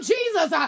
Jesus